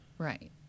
Right